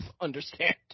understand